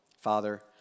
Father